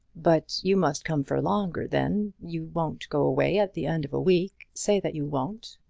but you must come for longer then you won't go away at the end of a week? say that you won't.